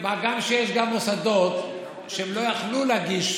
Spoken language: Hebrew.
מה גם שיש מוסדות שלא יכלו להגיש